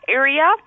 area